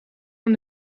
aan